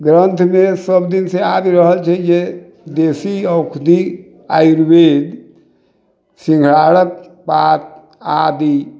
ग्रन्थमे सबदिनसँ आबि रहल छै जे देशी औषधि आयुर्वेद सिङ्घारक पात आदि